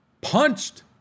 punched